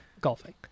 golfing